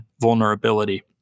vulnerability